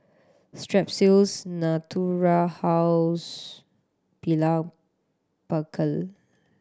Strepsils Natura House Blephagel